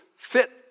fit